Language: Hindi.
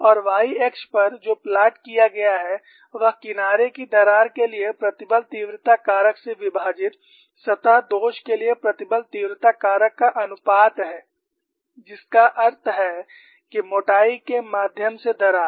और y अक्ष पर जो प्लॉट किया गया है वह किनारे की दरार के लिए प्रतिबल तीव्रता कारक से विभाजित सतह दोष के लिए प्रतिबल तीव्रता कारक का अनुपात है जिसका अर्थ है कि मोटाई के माध्यम से दरार